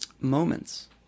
moments